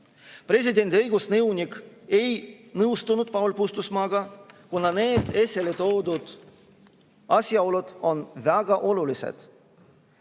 Presidendi õigusnõunik ei nõustunud Paul Puustusmaaga, kuna need esile toodud asjaolud on väga olulised.